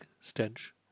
stench